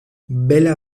bela